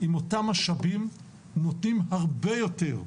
עם אותם משאבים, ונותנים הרבה יותר.